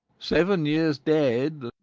seven years dead,